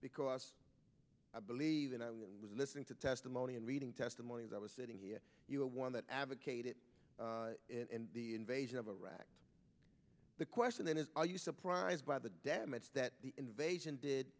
because i believe and i was listening to testimony and reading testimonies i was sitting here you are one that advocated in the invasion of iraq the question is are you surprised by the damage that the invasion did